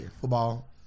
football